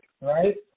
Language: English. right